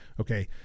Okay